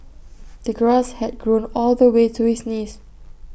the grass had grown all the way to his knees